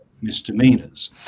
misdemeanors